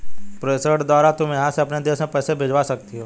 प्रेषण द्वारा तुम यहाँ से अपने देश में पैसे भिजवा सकती हो